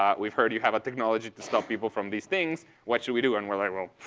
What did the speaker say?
um we've heard you have a technology to stop people from these things. what should we do? and we're like, well,